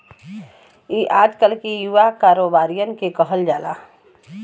ई आजकल के युवा कारोबारिअन के कहल जाला